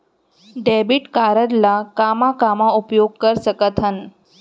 Debit card ला कामा कामा उपयोग कर सकथन?